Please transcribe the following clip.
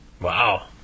Wow